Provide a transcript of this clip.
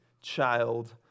child